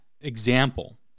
example